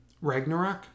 Ragnarok